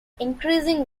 increasing